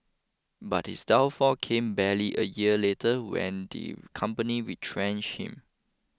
but his downfall came barely a year later when the company retrenched him